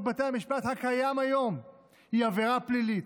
בתי המשפט הקיים היום היא עבירה פלילית,